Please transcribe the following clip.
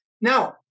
now